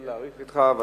נשתדל לא להאריך אתך.